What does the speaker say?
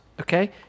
okay